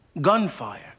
gunfire